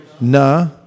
na